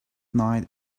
night